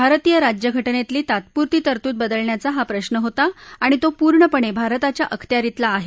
भारतीय राज्यघटनेतली तात्पुरती तरतूद बदलण्याचा हा प्रश्न होता आणि तो पूर्णपेण भारताच्या अखत्यारितला आहे